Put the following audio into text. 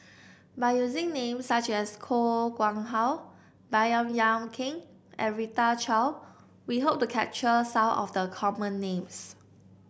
by using names such as Koh Nguang How Baey Yam Keng and Rita Chao we hope to capture some of the common names